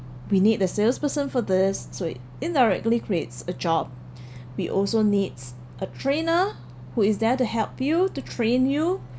we need the salesperson for this suite indirectly creates a job we also needs a trainer who is there to help you to train you